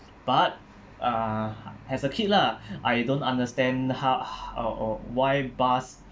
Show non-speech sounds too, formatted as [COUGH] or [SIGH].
but uh as a kid lah [BREATH] I don't understand how uh uh why bus